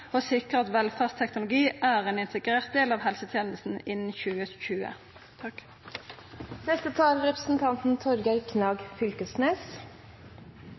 og sikre at velferdsteknologi er en integrert del av helsetjenestene innen 2020.»